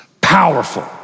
powerful